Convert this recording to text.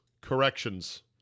corrections